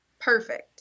Perfect